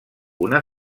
una